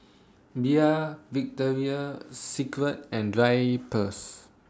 Bia Victoria Secret and Drypers